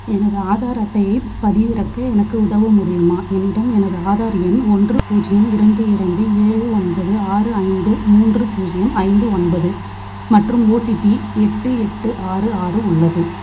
எனது ஆதார் அட்டையைப் பதிவிறக்க எனக்கு உதவ முடியுமா என்னிடம் எனது ஆதார் எண் ஒன்று பூஜ்யம் இரண்டு இரண்டு ஏழு ஒன்பது ஆறு ஐந்து மூன்று பூஜ்யம் ஐந்து ஒன்பது மற்றும் ஓடிபி எட்டு எட்டு ஆறு ஆறு உள்ளது